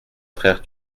frère